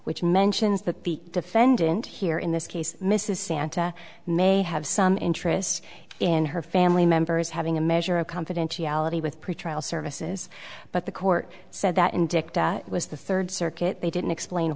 which mentions that the defendant here in this case mrs santa may have some interest in her family members having a measure of confidentiality with pretrial services but the court said that in dicta was the third circuit they didn't explain